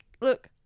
look